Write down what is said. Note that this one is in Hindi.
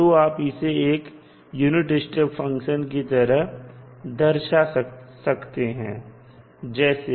तो आप इसे एक यूनिट स्टेप फंक्शन की तरह दर्शा सकते हैं जैसे